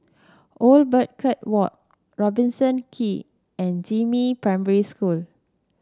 Old Birdcage Walk Robertson Quay and Jiemin Primary School